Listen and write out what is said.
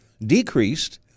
decreased